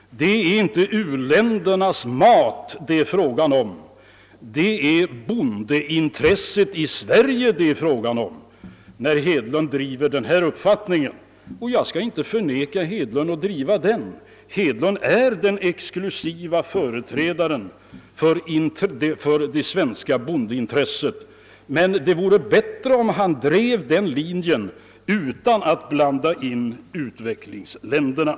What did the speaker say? Det är inte uländernas mat det är fråga om, utan det är bondeintresset i Sverige det gäller när herr Hedlund driver denna uppfattning. Jag vill inte förmena herr Hedlund att bevaka det intresset — herr Hedlund är ju den exklusive företrädaren för det svenska bondeintresset — men det vore bättre om han skötte den uppgiften utan att blanda in utvecklingsländerna.